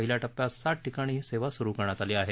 पहिल्या टप्यात सात ठिकाणी ही सेवा सुरू करण्यात आली आहे